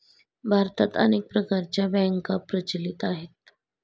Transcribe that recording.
भारतात अनेक प्रकारच्या बँका प्रचलित आहेत